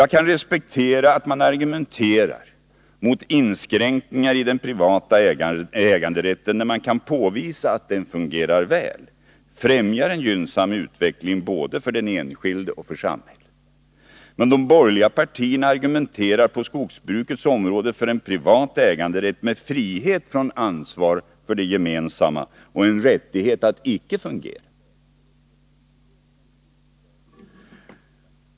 Jag kan respektera att man argumenterar mot inskränkningar i den privata äganderätten när man kan påvisa att den fungerar väl, att den främjar en gynnsam utveckling både för den enskilde och för samhället, men de borgerliga partierna argumenterar på skogsbrukets område för en privat äganderätt med frihet från ansvar för det gemensamma och en rättighet att icke fungera.